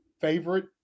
favorite